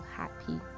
happy